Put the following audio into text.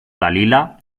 dalila